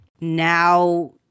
now